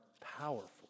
powerful